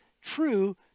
true